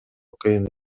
кыйын